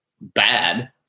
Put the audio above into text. bad